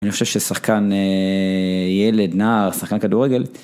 אני חושב ששחקן ילד, נער, שחקן כדורגל...